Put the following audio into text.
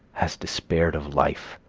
has despaired of life,